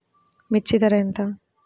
మిర్చి ధర ఎంత?